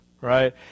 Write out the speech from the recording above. Right